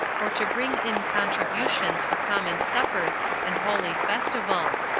or to bring in contributions for common suppers and holy festivals,